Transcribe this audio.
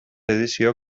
edizio